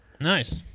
Nice